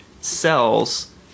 cells